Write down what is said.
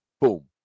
boom